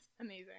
amazing